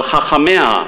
על חכמיה,